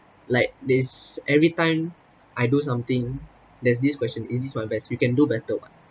like this every time I do something there's this question is this my best you can do better [what]